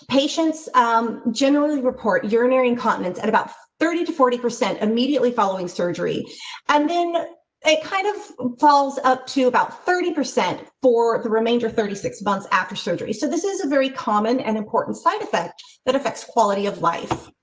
patients generally report urinary incontinence and about thirty to forty percent immediately following surgery and then it kind of falls up to about thirty percent for the remainder thirty six months after surgery. so, this is a very common and important side effect that affects quality of life.